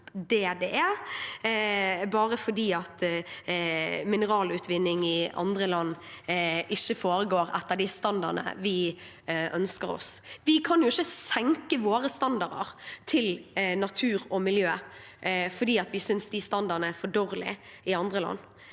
det er, bare fordi mineralutvinning i andre land ikke foregår etter de standardene vi ønsker oss. Vi kan ikke senke våre standarder for natur og miljø fordi vi synes standardene er for dårlige i andre land.